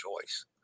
choice